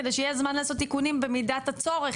כדי שיהיה זמן לעשות תיקונים במידת הצורך,